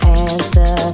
answer